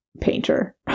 painter